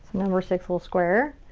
number six little square.